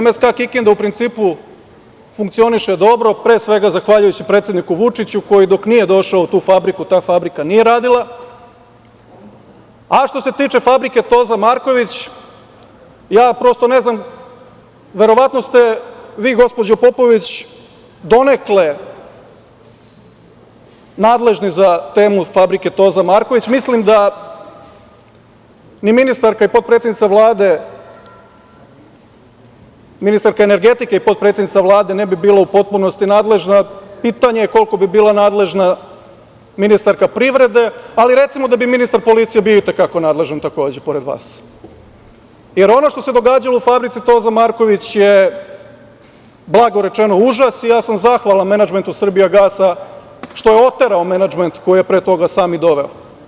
MSK Kikinda funkcioniše dobro, pre svega, predsedniku Vučiću, koji dok nije došao u tu fabriku, ta fabrika nije radila, a što se tiče fabrike "Toza Marković", ja prosto ne znam, verovatno ste vi gospođo Popović, donekle nadležni za temu fabrike "Toza Marković", mislim da ni ministarka ni potpredsednica Vlade, ministarka energetike, i potpredsednica Vlade, ne bi bila u potpunosti nadležna i pitanje je koliko bi bila nadležna ministarka privrede, ali recimo da bi ministar policije bio i te kako nadležan, takođe pored vas, jer ono što se događalo u fabrici Toza Marković je blago rečeno užas, i ja sam zahvalan menadžmentu "Srbijagasa", što je oterao menadžment koji je pre toga i sam doveo.